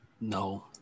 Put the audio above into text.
No